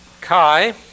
Kai